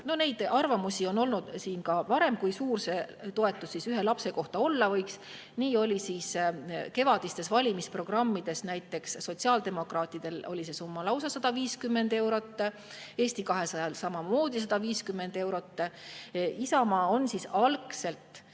Neid arvamusi on kõlanud ka varem, kui suur see toetus ühe lapse kohta olla võiks. Nii oli kevadises valimisprogrammis näiteks sotsiaaldemokraatidel see summa lausa 150 eurot, Eesti 200-l samamoodi 150 eurot. Isamaa tegi algselt,